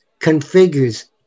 configures